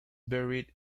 buried